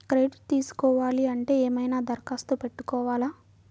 Credit తీసుకోవాలి అంటే ఏమైనా దరఖాస్తు పెట్టుకోవాలా?